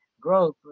growth